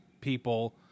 people